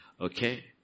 Okay